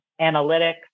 analytics